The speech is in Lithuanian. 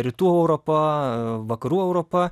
rytų europa vakarų europa